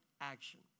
action